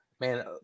man